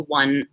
one